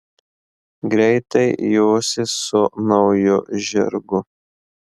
greitai josi su nauju žirgu